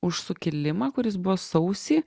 už sukilimą kuris buvo sausį